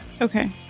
Okay